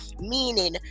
Meaning